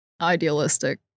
idealistic